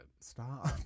Stop